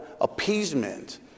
appeasement